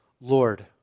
Lord